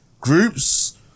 groups